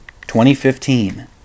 2015